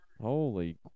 holy